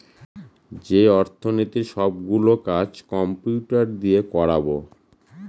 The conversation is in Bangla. যে অর্থনীতির সব গুলো কাজ কম্পিউটার দিয়ে করাবো